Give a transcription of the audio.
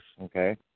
okay